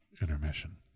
intermission